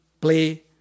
play